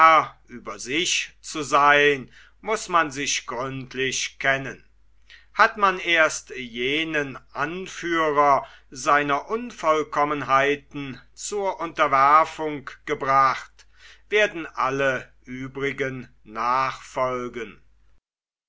über sich zu seyn muß man sich gründlich kennen hat man erst jenen anführer seiner unvollkommenheiten zur unterwerfung gebracht werden alle übrigen nachfolgen